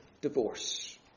divorce